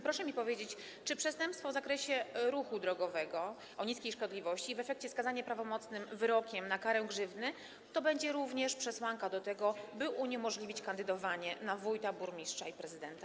Proszę mi powiedzieć, czy przestępstwo w zakresie ruchu drogowego o niskiej szkodliwości i w efekcie skazanie prawomocnym wyrokiem na karę grzywny to będzie również przesłanka, by uniemożliwić kandydowanie na wójta, burmistrza i prezydenta.